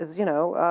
you know,